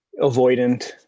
avoidant